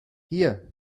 hier